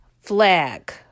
flag